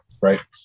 Right